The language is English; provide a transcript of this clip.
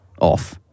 off